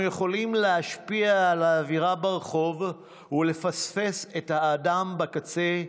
יכולים להשפיע על האווירה ברחוב ולפספס את האדם בקצה,